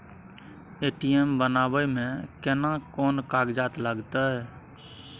ATM बनाबै मे केना कोन कागजात लागतै?